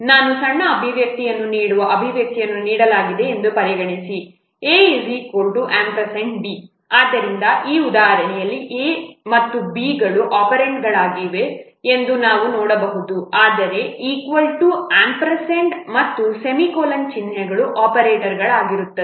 ನಾನು ಸಣ್ಣ ಅಭಿವ್ಯಕ್ತಿಯನ್ನು ನೀಡುವ ಅಭಿವ್ಯಕ್ತಿಯನ್ನು ನೀಡಲಾಗಿದೆ ಎಂದು ಪರಿಗಣಿಸಿ a b ಆದ್ದರಿಂದ ಈ ಉದಾಹರಣೆಯಲ್ಲಿ a ಮತ್ತು b ಗಳು ಒಪೆರಾಂಡ್ಗಳಾಗಿವೆ ಎಂದು ನಾವು ನೋಡಬಹುದು ಆದರೆ ಈಕ್ವಲ್ ಟು ಆಂಪರ್ಸೆಂಡ್ ಮತ್ತು ಸೆಮಿಕೋಲನ್ ಚಿಹ್ನೆಗಳು ಆಪರೇಟರ್ಗಳಾಗಿರುತ್ತದೆ